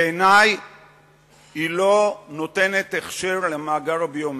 בעיני היא לא נותנת הכשר למאגר הביומטרי,